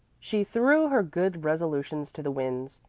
she threw her good resolutions to the winds,